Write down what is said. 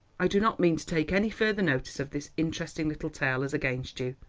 i do not mean to take any further notice of this interesting little tale as against you.